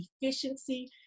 Efficiency